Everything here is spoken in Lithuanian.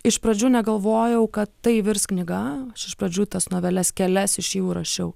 iš pradžių negalvojau kad tai virs knyga iš pradžių tas noveles kelias iš jų rašiau